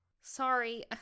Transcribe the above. Sorry